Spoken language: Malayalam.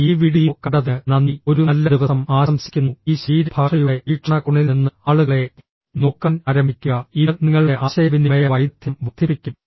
ഈ വീഡിയോ കണ്ടതിന് നന്ദി ഒരു നല്ല ദിവസം ആശംസിക്കുന്നു ഈ ശരീരഭാഷയുടെ വീക്ഷണകോണിൽ നിന്ന് ആളുകളെ നോക്കാൻ ആരംഭിക്കുക ഇത് നിങ്ങളുടെ ആശയവിനിമയ വൈദഗ്ദ്ധ്യം വർദ്ധിപ്പിക്കും